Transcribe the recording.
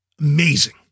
Amazing